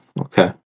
Okay